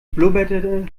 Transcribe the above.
blubberte